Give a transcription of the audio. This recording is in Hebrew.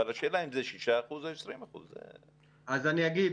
אבל השאלה היא אם זה 6% או 20%. אז אני אגיד.